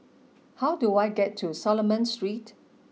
how do I get to Solomon Street